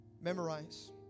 memorize